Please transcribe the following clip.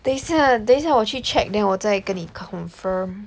等一下等一下我去 check then 我再跟你 confirm